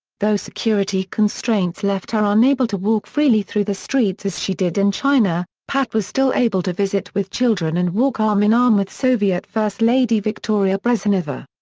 though security constraints left her unable to walk freely through the streets as she did in china, pat was still able to visit with children and walk arm-in-arm with soviet first lady viktoria brezhneva.